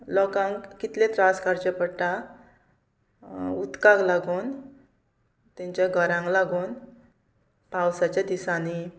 लोकांक कितले त्रास काडचे पडटा उदकाक लागून तांच्या घरांक लागून पावसाच्या दिसांनी